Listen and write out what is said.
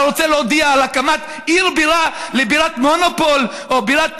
אתה רוצה להודיע על הקמת עיר בירה לבירת מונופול או בירת,